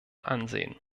ansehen